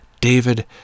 David